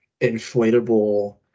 inflatable